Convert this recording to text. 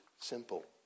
simple